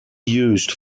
used